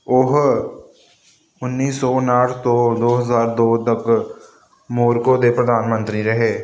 ਉਹ ਉਨੀ ਸੌ ਉਣਾਹਠ ਤੋਂ ਦੋ ਹਜ਼ਾਰ ਦੋ ਤੱਕ ਮੋਰੋਕੋ ਦੇ ਪ੍ਰਧਾਨ ਮੰਤਰੀ ਰਹੇ